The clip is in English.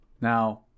Now